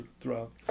throughout